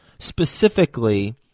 Specifically